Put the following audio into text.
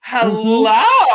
Hello